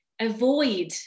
avoid